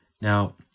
Now